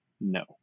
no